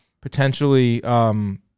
potentially –